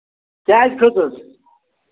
کیٛازِ کھٔژٕس